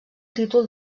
títol